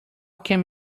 came